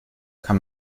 kann